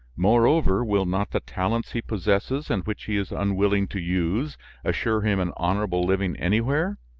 moreover, will not the talents he possesses and which he is unwilling to use assure him an honorable living anywhere?